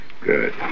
Good